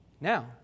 Now